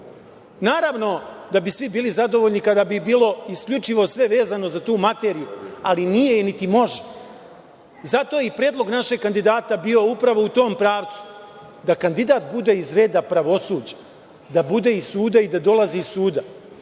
Naravno, da bi svi bili zadovoljni kada bi bilo isključivo sve bilo vezano za tu materiju, ali nije, niti može. Zato je i predlog našeg kandidata bio upravo u tom pravcu da kandidat bude iz reda pravosuđa, da bude iz suda i da dolazi iz suda,